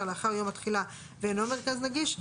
לאחר יום התחילה ואינו מרכז נגיש,